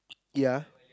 ya